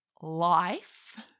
Life